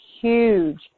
huge